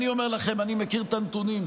אני אומר לכם: אני מכיר את הנתונים,